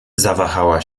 zawahała